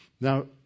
Now